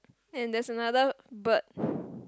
and there's another but